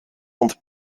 und